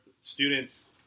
students